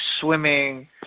swimming